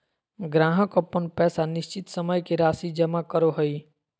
ग्राहक अपन पैसा निश्चित समय के राशि जमा करो हइ